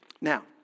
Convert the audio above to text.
Now